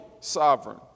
sovereign